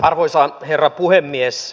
arvoisa herra puhemies